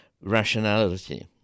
rationality